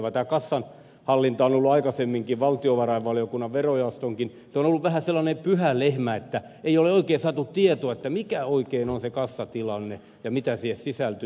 tämä kassanhallinta on ollut aikaisemminkin valtiovarainvaliokunnan verojaostossakin vähän sellainen pyhä lehmä että ei ole oikein saatu tietoa mikä oikein on se kassatilanne ja mitä siihen sisältyy